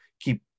keep